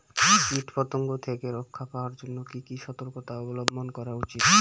কীটপতঙ্গ থেকে রক্ষা পাওয়ার জন্য কি কি সর্তকতা অবলম্বন করা উচিৎ?